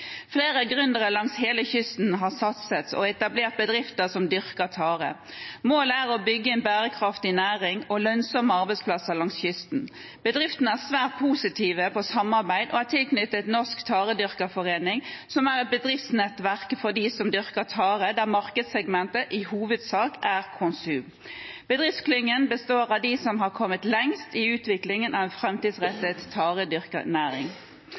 Flere gründere langs hele kysten har satset og etablert bedrifter som dyrker tare. Målet er å bygge en bærekraftig næring og skape lønnsomme arbeidsplasser langs kysten. Bedriftene ser svært positivt på samarbeid, og er tilknyttet Norsk Taredyrkerforening, som er et bedriftsnettverk for dem som dyrker tare, der markedssegmentet i hovedsak er konsum. Bedriftsklyngen består av dem som har kommet lengst i utviklingen av en framtidsrettet